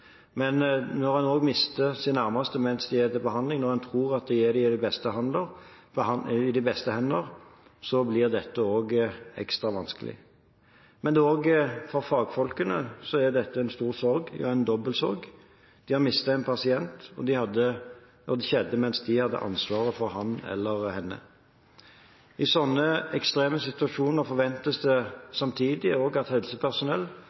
Men når en mister sine nærmeste mens de er til behandling og en tror de er i de beste hender, blir dette ekstra vanskelig. For fagfolkene er dette også en stor sorg – en dobbelt sorg. De har mistet en pasient, og det skjedde mens de hadde ansvaret for ham eller henne. I slike ekstreme situasjoner forventes det samtidig at helsepersonell